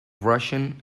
russian